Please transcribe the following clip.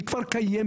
היא כבר קיימת.